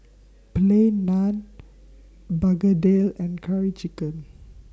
Plain Naan Begedil and Curry Chicken